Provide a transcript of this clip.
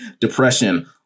depression